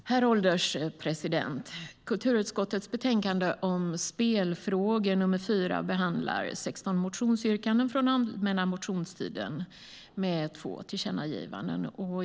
Herr ålderspresident! Kulturutskottets betänkande nr 4 om spelfrågor behandlar 16 motionsyrkanden från allmänna motionstiden och har två tillkännagivanden.